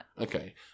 Okay